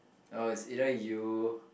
oh it's either you